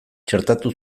txertatu